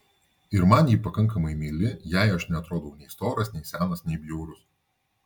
ir man ji pakankamai meili jai aš neatrodau nei storas nei senas nei bjaurus